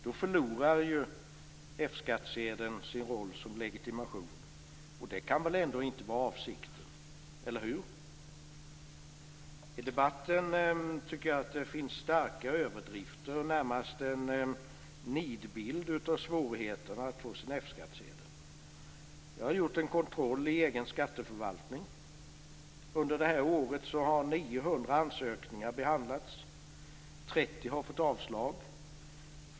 Då förlorar ju F-skattsedeln sin roll som legitimation, och det kan väl ändå inte vara avsikten, eller hur? I debatten tycker jag att det finns starka överdrifter. Det finns närmast en nidbild av svårigheterna med att få F-skattsedel. Jag har gjort en kontroll i egen skatteförvaltning. Under det här året har 900 ansökningar behandlats. 30 har fått avslag.